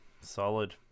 Solid